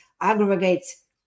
aggregates